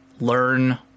learn